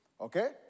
okay